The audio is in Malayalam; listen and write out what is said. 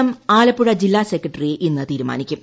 എം ആലപ്പുഴ ജില്ലാ സെക്രട്ടറിയെ ഇന്ന് തീരുമാനിക്കും